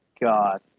god